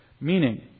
meaning